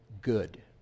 good